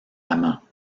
amants